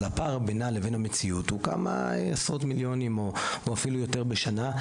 אבל הפער בינה לבין המציאות הוא כמה עשרות מיליונים או אפילו יותר בשנה.